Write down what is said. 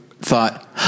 thought